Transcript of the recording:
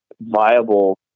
viable